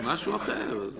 זה משהו אחר.